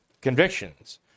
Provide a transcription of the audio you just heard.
convictions